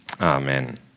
Amen